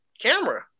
camera